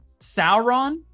Sauron